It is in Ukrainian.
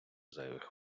зайвих